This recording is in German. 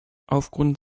aufgrund